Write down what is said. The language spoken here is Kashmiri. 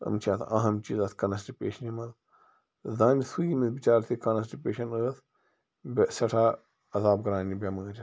یِم چھِ اَتھ اَہم چیٖز اَتھ کَنسٹِپیشنہِ منٛز زانہِ سُے ییٚمِس بِچارَس یہِ کَنسٹِپیشَن ٲس سٮ۪ٹھاہ عذاب کران یہِ بٮ۪مٲرۍ